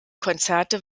konzerte